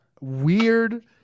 weird